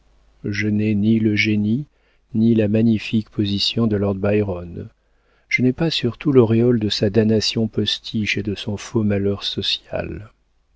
je n'ai ni le génie ni la magnifique position de lord byron je n'ai pas surtout l'auréole de sa damnation postiche et de son faux malheur